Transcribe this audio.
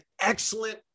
excellent